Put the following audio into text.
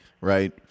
Right